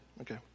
okay